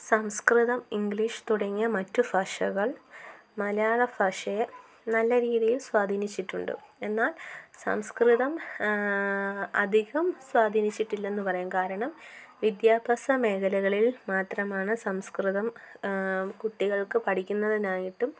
സംസ്കൃതം English തുടങ്ങിയ മറ്റ് ഭാഷകൾ മലയാള ഭാഷയെ നല്ല രീതിയിൽ സ്വാധീനിച്ചിട്ടുണ്ട് എന്നാൽ സംസ്കൃതം അധികം സ്വാധീനിച്ചിട്ടില്ലെന്ന് പറയാം കാരണം വിദ്യാഭ്യാസ മേഖലകളിൽ മാത്രമാണ് സംസ്കൃതം കുട്ടികൾക്ക് പഠിക്കുന്നതിനായിട്ടും